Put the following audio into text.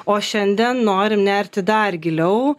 o šiandien norim nerti dar giliau